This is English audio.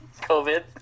COVID